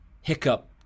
hiccup